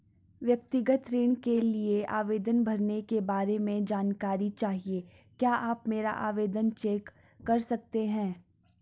व्यक्तिगत ऋण के लिए आवेदन भरने के बारे में जानकारी चाहिए क्या आप मेरा आवेदन चेक कर सकते हैं?